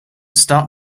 start